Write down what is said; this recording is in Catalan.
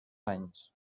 anys